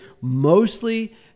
mostly